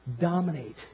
dominate